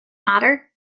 matter